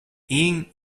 ying